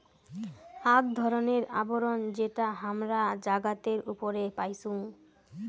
আক ধরণের আবরণ যেটা হামরা জাগাতের উপরে পাইচুং